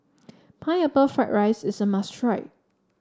Pineapple Fried Rice is a must try